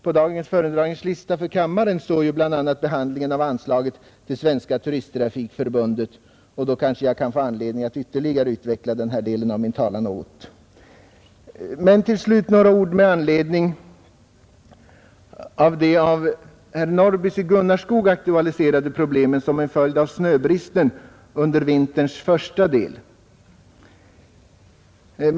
På dagens föredragningslista för kammaren står bl.a. behandlingen av anslaget till Svenska turisttrafikförbundet, och jag får då kanske anledning att ytterligare utveckla denna del av min talan. Till slut några ord med anledning av det av herr Norrby i Gunnarskog aktualiserade problemet som en följd av snöbristen under vinterns första del.